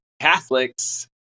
Catholics